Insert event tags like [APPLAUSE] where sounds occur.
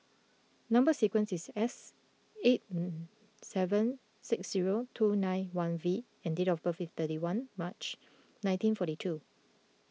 Number Sequence is S eight [HESITATION] seven six zero two nine one V and date of birth is thirty one March nineteen forty two